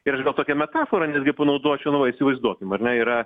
ir aš gal tokią metaforą netgi panaudočiau nu va įsivaizduokim ar ne yra